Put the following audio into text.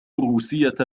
الروسية